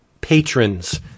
patrons